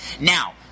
Now